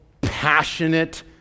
passionate